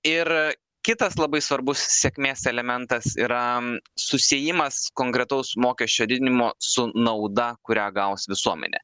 ir kitas labai svarbus sėkmės elementas yra susiejimas konkretaus mokesčio didinimo su nauda kurią gaus visuomenė